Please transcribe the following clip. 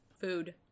Food